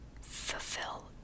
fulfill